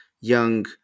young